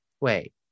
wait